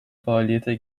faaliyete